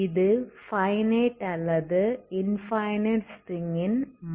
இது ஃபைனைட் அல்லது infinite string -ன் மாடலாகும்